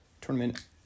tournament